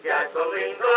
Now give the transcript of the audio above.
Gasoline